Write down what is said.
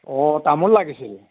অঁ তামোল লাগিছিল